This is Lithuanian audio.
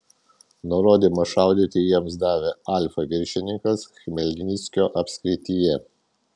nurodymą šaudyti jiems davė alfa viršininkas chmelnyckio apskrityje